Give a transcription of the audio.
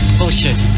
Bullshit